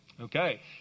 Okay